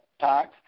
tax